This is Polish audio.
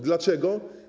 Dlaczego?